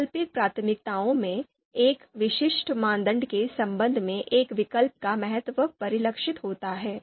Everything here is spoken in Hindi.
वैकल्पिक प्राथमिकताओं में एक विशिष्ट मानदंड के संबंध में एक विकल्प का महत्व परिलक्षित होता है